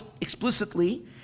explicitly